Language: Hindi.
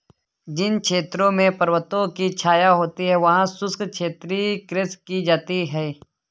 जिन क्षेत्रों में पर्वतों की छाया होती है वहां शुष्क क्षेत्रीय कृषि की जाती है